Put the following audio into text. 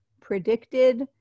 predicted